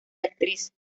actriz